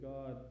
God